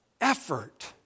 effort